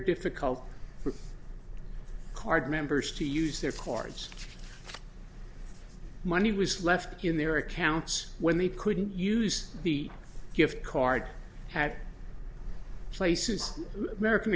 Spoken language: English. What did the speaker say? difficult for card members to use their cards money was left in their accounts when they couldn't use the gift card had places american